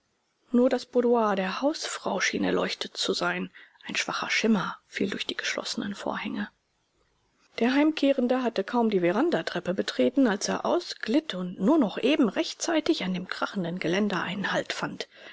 nur das boudoir der hausfrau schien erleuchtet zu sein ein schwacher schimmer fiel durch die geschlossenen vorhänge der heimkehrende hatte kaum die verandatreppe betreten als er ausglitt und nur noch eben rechtzeitig an dem krachenden geländer einen halt fand